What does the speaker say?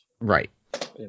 Right